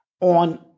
on